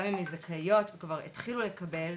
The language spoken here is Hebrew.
גם אם הן זכאיות וכבר התחילו לקבל,